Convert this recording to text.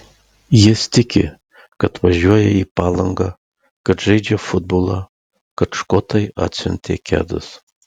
jis tiki kad važiuoja į palangą kad žaidžia futbolą kad škotai atsiuntė kedus